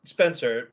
Spencer